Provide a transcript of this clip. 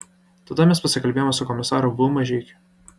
tada mes pasikalbėjome su komisaru v mažeikiu